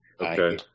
Okay